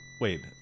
wait